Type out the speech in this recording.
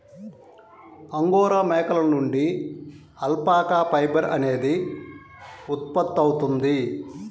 angora మేకల నుండి alpaca fibre అనేది ఉత్పత్తవుతుంది